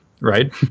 right